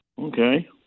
Okay